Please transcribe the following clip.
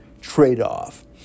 trade-off